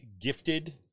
gifted